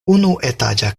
unuetaĝa